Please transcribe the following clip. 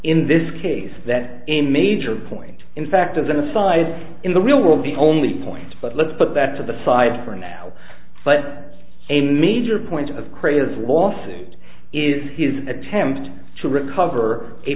in this case that a major point in fact is an aside in the real world the only points but let's put that to the side for now but a meijer point of creative lawsuit is his attempt to recover a